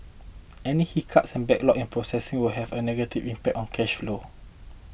any hiccups and backlog in processing will have a negative impact on cash flow